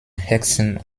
hexen